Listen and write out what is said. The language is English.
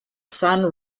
sun